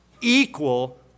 equal